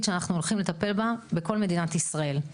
שאנחנו הולכים לטפל בה בכל מדינת ישראל.